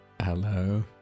Hello